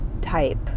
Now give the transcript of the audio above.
type